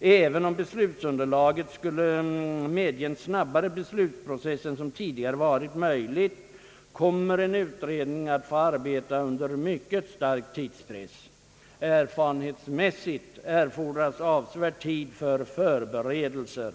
även om beslutsunderlaget skulle medge en snabbare beslutsprocess än som tidigare varit möjlig, kommer en utredning att få arbeta under mycket hård = tidspress. Erfarenhetsmässigt krävs avsevärd tid till förberedelser.